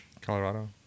Colorado